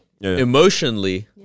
emotionally